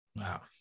Wow